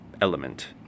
element